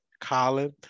Colin